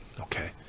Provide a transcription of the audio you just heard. Okay